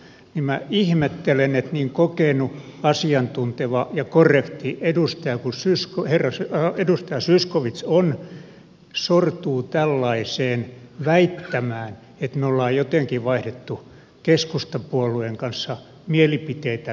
minä ihmettelen että niin kokenut asiantunteva ja korrekti edustaja kuin edustaja zyskowicz sortuu tällaiseen väittämään että me olemme jotenkin vaihtaneet keskustapuolueen kanssa mielipiteitämme päittäin